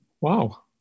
wow